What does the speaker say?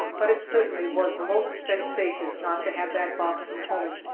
but it certainly was most vexatious not to have that box from home.